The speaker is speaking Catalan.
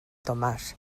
tomàs